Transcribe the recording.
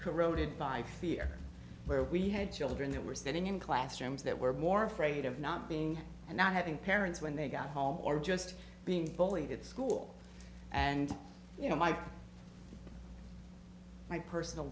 corroded by fear where we had children that were sitting in classrooms that were more afraid of not being and not having parents when they got home or just being bullied at school and you know my my personal